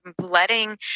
letting